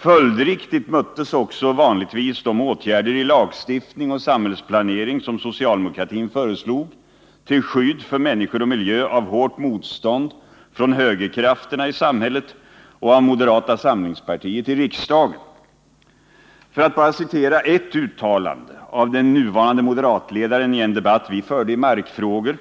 Följdriktigt möttes också vanligtvis de åtgärder i fråga om lagstiftning och samhällsplanering som socialdemokratin föreslog till skydd för människor och miljö av hårt motstånd från högerkrafterna i samhället och av moderata samlingspartiet i riksdagen. För att bara citera ett uttalande av den nuvarande moderatledaren i en debatt vi förde i markfrågor: